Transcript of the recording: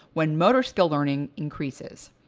when motor skill learning increases.